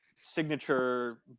signature